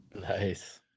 Nice